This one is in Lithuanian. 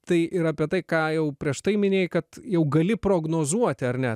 tai ir apie tai ką jau prieš tai minėjai kad jau gali prognozuoti ar ne